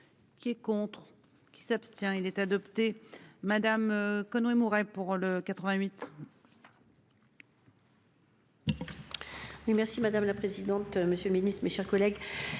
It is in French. Qui est contre. Qui s'abstient il est adopté. Madame Conway Mouret pour le 88.